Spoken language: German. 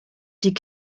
die